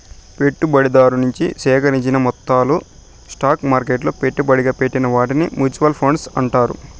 పెట్టుబడిదారు నుంచి సేకరించిన మొత్తాలు స్టాక్ మార్కెట్లలో పెట్టుబడిగా పెట్టిన వాటిని మూచువాల్ ఫండ్స్ అంటారు